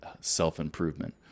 self-improvement